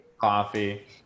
coffee